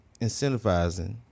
incentivizing